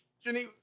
Jenny